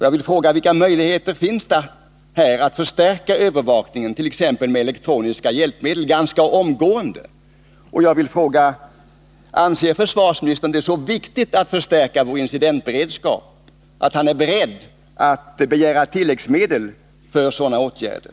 Jag vill fråga: Vilka möjligheter finns det att förstärka övervakningen, t.ex. med elektroniska hjälpmedel, ganska omgående? Anser försvarsministern det så viktigt att förstärka vår incidentberedskap att han är beredd att begära tilläggsmedel för sådana åtgärder?